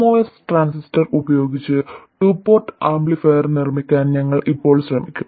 MOS transistor ഉപയോഗിച്ച് two port amplifier നിർമ്മിക്കാൻ ഞങ്ങൾ ഇപ്പോൾ ശ്രമിക്കും